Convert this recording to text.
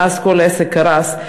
ואז כל העסק קרס.